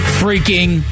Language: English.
freaking